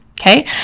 Okay